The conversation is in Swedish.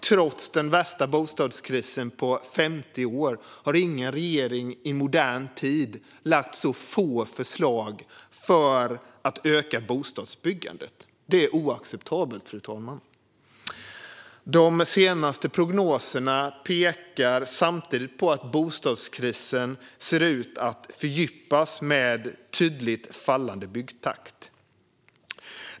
Trots den värsta bostadskrisen på 50 år har ingen regering i modern tid lagt så få förslag för att öka bostadsbyggandet. Det är oacceptabelt. De senaste prognoserna pekar samtidigt på att bostadskrisen ser ut att fördjupas med en tydligt minskad byggtakt.